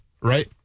Right